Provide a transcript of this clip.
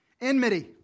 enmity